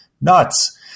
nuts